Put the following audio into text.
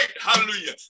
Hallelujah